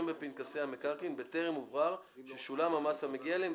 בפנקסי המקרקעין בטרם הוברר ששולם המס המגיע עליהם,